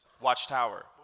Watchtower